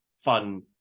fun